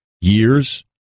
years